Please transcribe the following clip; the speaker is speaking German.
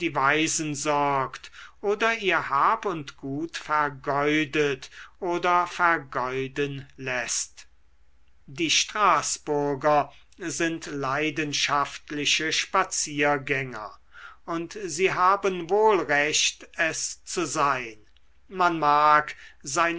waisen sorgt oder ihr hab und gut vergeudet oder vergeuden läßt die straßburger sind leidenschaftliche spaziergänger und sie haben wohl recht es zu sein man mag seine